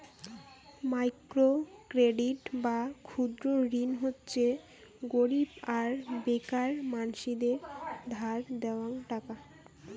micro credit বা ক্ষুদ্র ঋণ হচ্যে গরীব আর বেকার মানসিদের ধার দেওয়াং টাকা